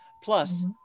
Plus